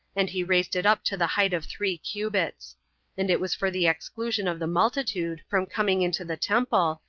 and he raised it up to the height of three cubits and it was for the exclusion of the multitude from coming into the temple,